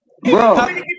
Bro